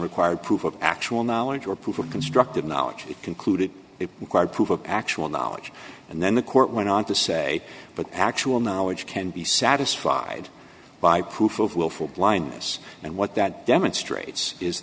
required proof of actual knowledge or proof or constructive knowledge it concluded it required proof of actual knowledge and then the court went on to say but actual knowledge can be satisfied by proof of willful blindness and what that demonstrates is